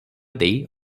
ଦେଇ